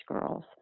girls